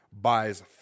buys